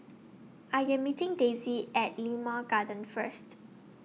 I Am meeting Daisy At Limau Garden First